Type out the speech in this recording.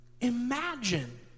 Imagine